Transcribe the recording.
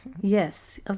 yes